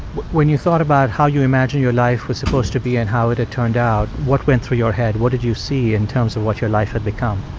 when you thought about how you imagined your life was supposed to be and how it had turned out, what went through your head? what did you see, in terms of what your life had become?